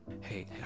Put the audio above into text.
Hey